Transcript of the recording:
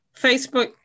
facebook